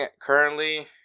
currently